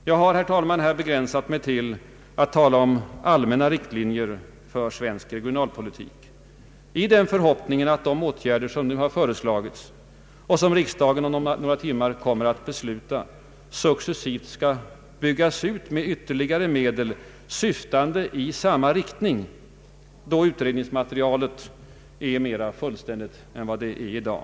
Jag har, herr talman, här begränsat mig till att tala om allmänna riktlinjer för svensk regionalpolitik i den förhoppningen att de åtgärder, som nu föreslagits och som riksdagen om några timmar kommer att besluta, successivt skall byggas ut med ytterligare medel syftande i samma riktning då utredningsmaterialet blivit mera fullständigt än det är i dag.